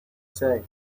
say